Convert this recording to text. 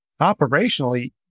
operationally